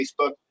Facebook